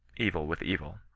evu with evu.